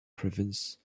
province